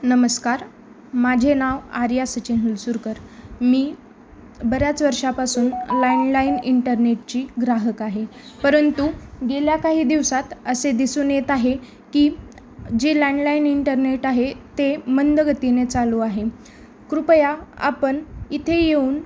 नमस्कार माझे नाव आर्या सचिन हुलसूरकर मी बऱ्याच वर्षापासून लँडलाईन इंटरनेटची ग्राहक आहे परंतु गेल्या काही दिवसात असे दिसून येत आहे की जे लँडलाईन इंटरनेट आहे ते मंद गतीने चालू आहे कृपया आपण इथे येऊन